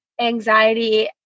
anxiety